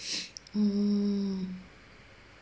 mm